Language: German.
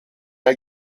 der